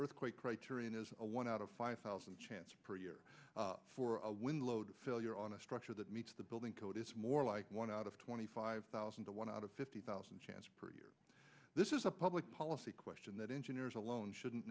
earthquake criterion is a one out of five thousand chance per year for a wind load failure on a structure that meets the building code is more like one out of twenty five thousand to one out of fifty thousand chance per year this is a public policy question that engineers alone shouldn't